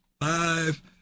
Five